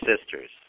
sisters